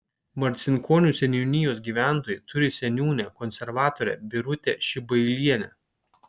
marcinkonių seniūnijos gyventojai turi seniūnę konservatorę birutę šibailienę